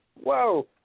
Whoa